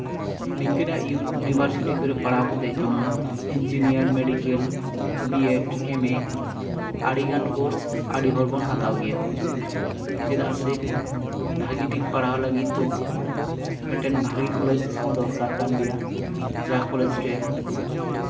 ᱱᱤᱝᱠᱟᱱᱟᱜ university ᱠᱚᱨᱮᱜ ᱯᱟᱲᱦᱟᱣ ᱠᱟᱛᱮᱜ ᱡᱮᱢᱚᱱ ᱤᱧᱡᱤᱱᱤᱭᱟᱨ ᱢᱮᱰᱤᱠᱮᱞ ᱵᱤᱮᱰ ᱮᱢᱮ ᱟᱹᱰᱤᱜᱟᱱ ᱠᱳᱨᱥ ᱟᱹᱰᱤ ᱦᱚᱲ ᱵᱚᱱ ᱦᱟᱛᱟᱣ ᱜᱮᱭᱟ ᱪᱮᱫᱟᱜ ᱥᱮ ᱵᱷᱟᱹᱜᱤ ᱴᱷᱤᱠ ᱯᱟᱲᱦᱟᱣ ᱞᱟᱹᱜᱤᱫ ᱫᱚ ᱢᱤᱫᱴᱮᱱ ᱵᱷᱟᱹᱜᱤ ᱠᱚᱞᱮᱡᱽ ᱦᱚᱸ ᱫᱚᱨᱠᱟᱨ ᱠᱟᱱ ᱜᱮᱭᱟ ᱡᱟ ᱠᱚᱞᱮᱡᱽ ᱨᱮ